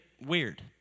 weird